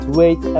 wait